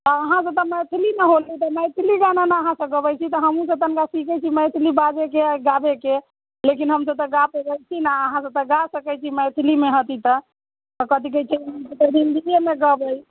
आ अहाँ सभ तऽ मैथिलीमे होलै मैथिली गाना ने अहाँ सभ गबैत छी तऽ हमहुँ सभ तनिका सीखैत छी मैथिली बाजैके गाबैके लेकिन हमसभ तऽ गा पबैत छी नहि अहाँ सभ तऽ गा सकैत छी मैथिलीमे हति तऽ कथी कहैत छै हिन्दिएमे गबै